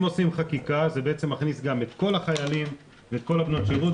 אם עושים חקיקה זה בעצם מכניס גם את כל החיילים ואת כל בנות השירות,